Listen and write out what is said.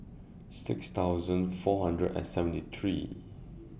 six thousand four hundred and seventy three